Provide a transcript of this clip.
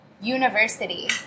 University